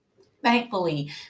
Thankfully